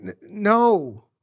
no